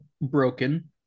Broken